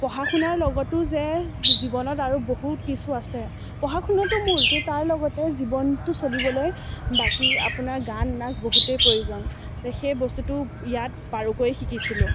পঢ়া শুনাৰ লগতো যে জীৱনত আৰু বহুত কিছু আছে পঢ়া শুনাটো মূল কিন্তু তাৰ লগতে জীৱনটো চলিবলৈ বাকী আপোনাৰ গান নাচ বহুতেই প্ৰয়োজন সেই বস্তুটো ইয়াত বাৰুকৈয়ে শিকিছিলোঁ